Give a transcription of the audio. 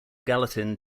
gallatin